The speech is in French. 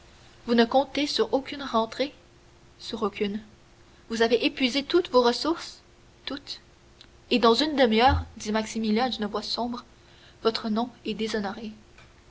vous ne comptez sur aucune rentrée sur aucune vous avez épuisé toutes vos ressources toutes et dans une demi-heure dit maximilien d'une voix sombre notre nom est déshonoré